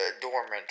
dormant